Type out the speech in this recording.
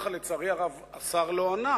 שעליה לצערי הרב השר לא ענה,